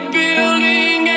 building